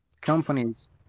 companies